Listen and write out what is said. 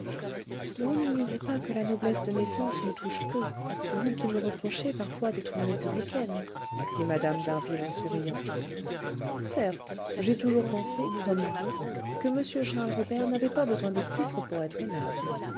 vous n'ignorez pas que la noblesse de naissance me touche peu vous qui me reprochez parfois d'être une républicaine dit mme d'harville en souriant certes j'ai toujours pensé comme vous que m charles robert n'avait pas besoin de titres pour être aimable